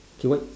okay what